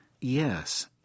Yes